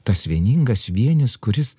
tas vieningas vienis kuris